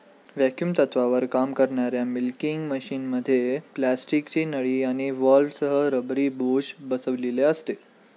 vacuum तत्त्वावर काम करणाऱ्या मिल्किंग मशिनमध्ये प्लास्टिकची नळी आणि व्हॉल्व्हसह रबरी बुश बसविलेले असते